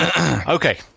Okay